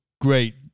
Great